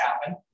happen